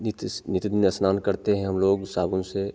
नीतस नित दिन स्नान करते हैं हम लोग साबुन से